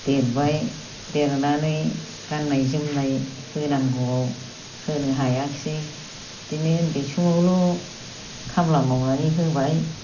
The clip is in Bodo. देरबाय देरनानै गाननाय जोमनाय होनांगौआव होनो हायाखिसै बिदिनो उन्दै समावल' खामला मावनानै होबाय